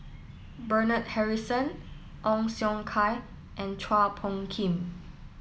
Bernard Harrison Ong Siong Kai and Chua Phung Kim